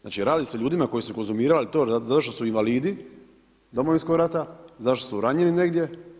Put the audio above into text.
Znači, radi se o ljudi koji su konzumirali to zato što su invalidi Domovinskog rata, zato što ranjeni negdje.